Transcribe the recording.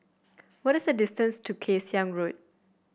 what is the distance to Kay Siang Road